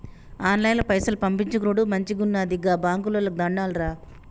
ఆన్లైన్ల పైసలు పంపిచ్చుకునుడు మంచిగున్నది, గా బాంకోళ్లకు దండాలురా